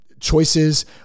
choices